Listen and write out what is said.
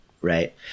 right